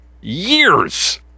years